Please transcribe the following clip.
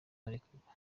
barekurwa